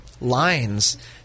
Lines